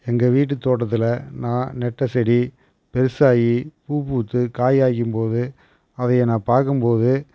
எங்கள் வீட்டுத் தோட்டத்தில் நான் நட்ட செடி பெருசாகி பூ பூத்து காய் காய்க்கும்போது அதை நான் பார்க்கும்போது